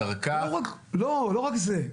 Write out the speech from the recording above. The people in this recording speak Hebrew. לא רק זה.